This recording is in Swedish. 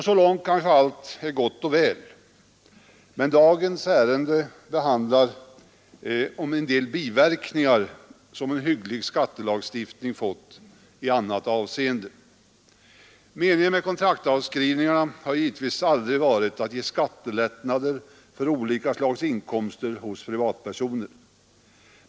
Så långt kanske allt är gott och väl, men dagens ärende handlar om en del biverkningar som en hygglig skattelagstiftning fått i annat avseende. Meningen med kontraktsavskrivningarna har givetvis aldrig varit att ge skattelättnader för olika slags inkomster hos privatpersoner.